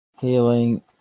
healing